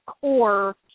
core